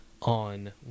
on